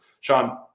Sean